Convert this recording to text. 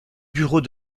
bureau